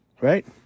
right